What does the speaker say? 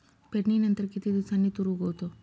पेरणीनंतर किती दिवसांनी तूर उगवतो?